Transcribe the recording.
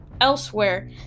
elsewhere